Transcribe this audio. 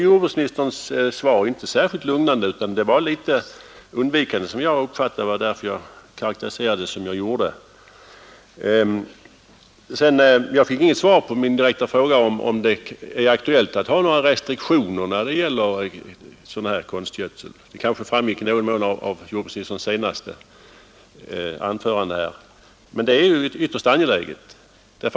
Jordbruksministerns svar blev inte särskilt lugnande, utan jag uppfattade det som något undvikande. Det var därför jag karakteriserade det som jag gjorde. Jag fick inget svar på min direkta fråga om det är aktuellt med restriktioner beträffande konstgödsel. Det kanske i någon mån framgick av jordbruksministerns senaste anförande. Men det är en ytterst angelägen fråga.